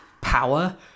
power